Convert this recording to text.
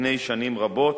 לפני שנים רבות,